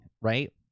right